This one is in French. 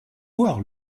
voir